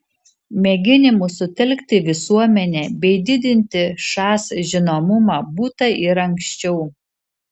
mėginimų sutelkti visuomenę bei didinti šas žinomumą būta ir anksčiau